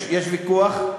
יש ויכוח.